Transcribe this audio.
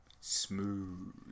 Smooth